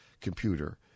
computer